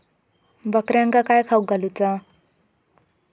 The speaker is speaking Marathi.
बकऱ्यांका काय खावक घालूचा?